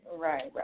right